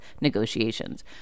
negotiations